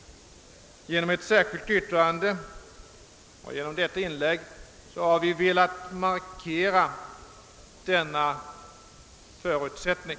Genom ett särskilt yttrande och genom detta inlägg har vi velat markera denna förutsättning.